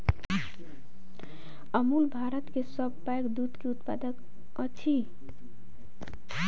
अमूल भारत के सभ सॅ पैघ दूध के उत्पादक अछि